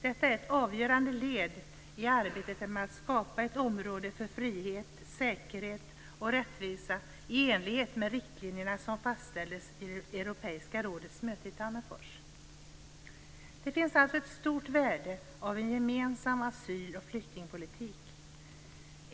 Detta är ett avgörande led i arbetet med att skapa ett område för frihet, säkerhet och rättvisa i enlighet med de riktlinjer som fastställdes vid Europeiska rådets möte i Tammerfors. Det finns alltså ett stort värde i en gemensam asyloch flyktingpolitik.